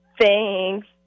Thanks